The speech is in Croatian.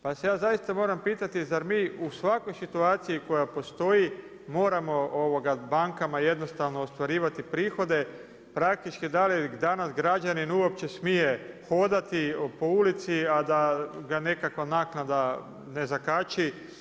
Pa se ja zaista moram pitati, zar mi u svakoj situaciji koja postoji moramo bankama jednostavno ostvarivati prihode, praktički da li danas građanin uopće smije hodati po ulici a da ga nekakva naknada ne zakači.